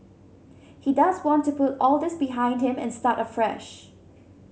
he does want to put all this behind him and start afresh